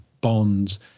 bonds